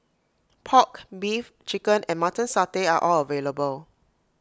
Pork Beef Chicken and Mutton Satay are all available